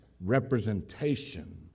representation